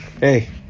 Hey